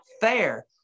fair